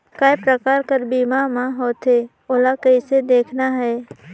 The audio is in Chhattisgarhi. काय प्रकार कर बीमा मा होथे? ओला कइसे देखना है?